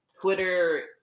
Twitter